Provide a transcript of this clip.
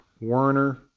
Warner